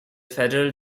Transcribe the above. federal